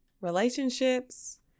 relationships